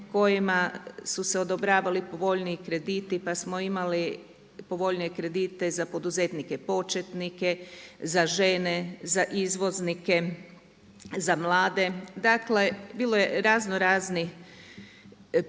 kojima su se odobravali povoljniji krediti, pa smo imali povoljnije kredite za poduzetnike početnike, za žene, za izvoznike, za mlade. Dakle, bilo je razno raznih pokušaja